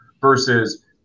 Versus